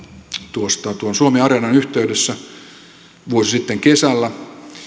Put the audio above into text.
tuon tuon suomiareenan yhteydessä vuosi sitten kesällä